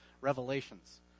Revelations